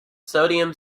sodium